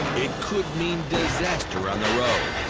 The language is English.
it could mean disaster on the road.